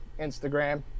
Instagram